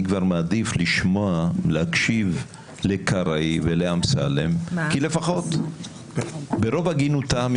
אני כבר מעדיף לשמוע ולהקשיב לקרעי ולאמסלם כי לפחות ברוב הגינותם,